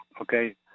okay